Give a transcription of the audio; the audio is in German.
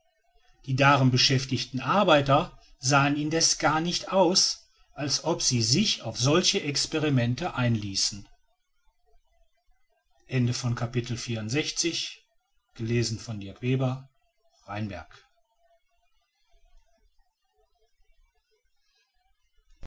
die darin beschäftigten arbeiter sahen indessen gar nicht aus als ob sie sich auf solche experimente einließen